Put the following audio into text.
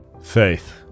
Faith